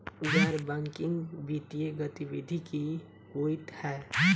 गैर बैंकिंग वित्तीय गतिविधि की होइ है?